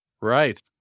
Right